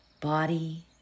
body